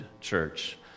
church